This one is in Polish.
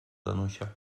danusia